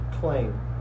claim